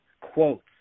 quotes